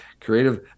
creative